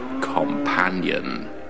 companion